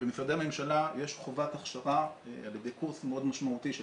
במשרדי הממשלה יש חובת הכשרה על ידי קורס מאוד משמעותי של